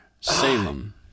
Salem